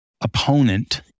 opponent